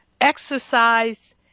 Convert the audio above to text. Exercise